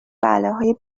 بلاهای